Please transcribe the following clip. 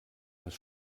das